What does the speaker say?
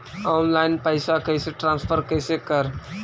Online पैसा कैसे transfer कैसे कर?